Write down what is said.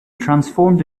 transformed